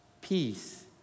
peace